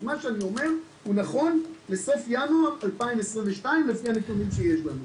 מה שאני אומר הוא נכון לסוף חודש ינואר 2022 וזה לפי הנתונים שיש לנו,